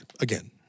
Again